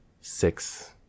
six